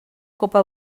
copa